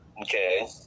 Okay